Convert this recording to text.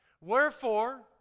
Wherefore